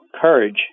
courage